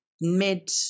mid